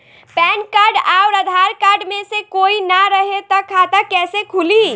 Pan card आउर Aadhaar card मे से कोई ना रहे त खाता कैसे खुली?